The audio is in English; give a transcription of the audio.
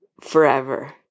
forever